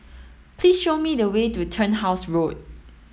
please show me the way to Turnhouse Road